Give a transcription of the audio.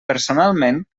personalment